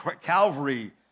Calvary